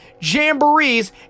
Jamborees